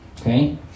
Okay